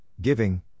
giving